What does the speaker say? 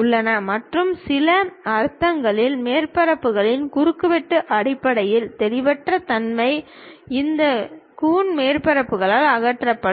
உள்ளன மற்றும் சில அர்த்தங்களில் மேற்பரப்புகளின் குறுக்குவெட்டின் அடிப்படையில் தெளிவற்ற தன்மை இந்த கூன் மேற்பரப்புகளால் அகற்றப்படும்